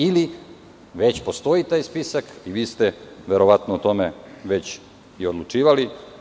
Ili, već postoji taj spisak i vi ste verovatno o tome već i odlučivali.